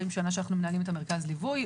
שאנחנו מנהלים את מרכז הליווי.